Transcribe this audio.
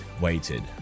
waited